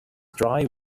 dry